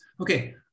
Okay